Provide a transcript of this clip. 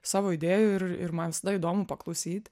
savo idėjų ir ir man įdomu paklausyt